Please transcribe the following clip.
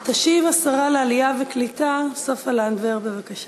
תשיב שרת העלייה והקליטה סופה לנדבר, בבקשה.